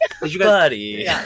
buddy